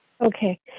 okay